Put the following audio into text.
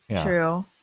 True